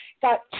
Got